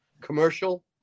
commercial